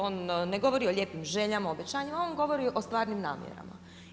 On ne govori o lijepim željama, obećanjima, on govori o stvarnim namjerama.